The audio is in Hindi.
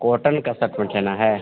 कॉटन का सट पैन्ट लेना है